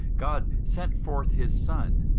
god sent forth his son,